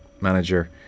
manager